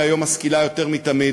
שהיום היא משכילה יותר מתמיד,